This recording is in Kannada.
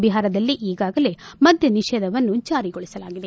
ಬಿಹಾರದಲ್ಲ ಈಗಾಗಲೇ ಮಧ್ಯ ನಿಷೇಧವನ್ನು ಜಾರಿಗೊಳಿಸಲಾಗಿದೆ